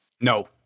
No